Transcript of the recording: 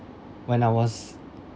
when I was